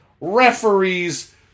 Referees